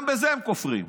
גם בזה הם כופרים.